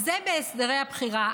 אז זה בהסדרי הבחירה.